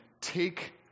take